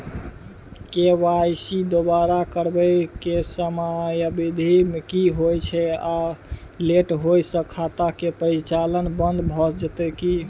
KYC दोबारा करबै के समयावधि की होय छै आ लेट होय स खाता के परिचालन बन्द भ जेतै की?